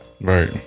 Right